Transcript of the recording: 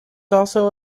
also